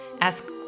ask